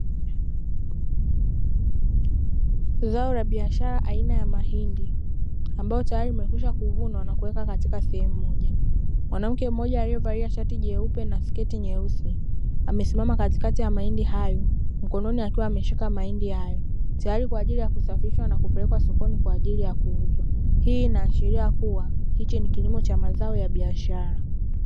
Zao la biashara aina ya mahindi ambayo tayari yamekwisha kuvunwa na kuweka katika sehemu moja, mwanamke mmoja aliovalia shati jeupe na sketi nyeusi amesimama katikati ya mahindi hayo mkononi akiwa ameshika mahindi hayo tayari kwa ajili ya kusafirishwa na kupelekwa sokoni kwa ajili ya kuuzwa, hii inaashiria kuwa hicho ni kilimo cha mazao ya biashara.